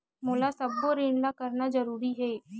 मोला सबो ऋण ला करना जरूरी हे?